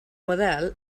model